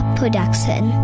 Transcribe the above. Production